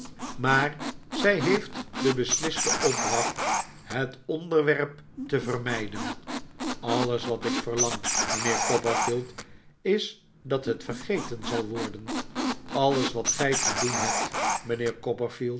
maar zij heeft de besliste opdracht het onderwerp te vermijden alles wat ik verlang mijnheer copperfield is dat het vergeten zal worden alles wat gij te doen hebt